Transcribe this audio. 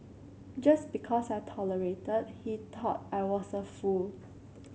just because I tolerated he thought I was a fool